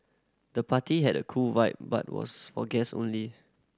the party had a cool vibe but was for guess only